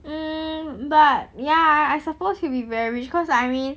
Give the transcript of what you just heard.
mm but ya I suppose he'll be very rich because like I mean